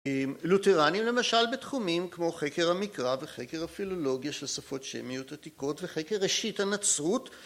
לותרנים למשל בתחומים כמו חקר המקרא וחקר הפילולוגיה של שפות שמיות עתיקות וחקר ראשית הנצרות